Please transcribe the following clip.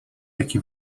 jaki